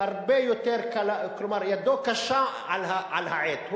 הרבה יותר קלה, כלומר, ידו קשה על העט.